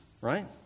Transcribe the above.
right